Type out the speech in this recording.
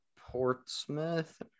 Portsmouth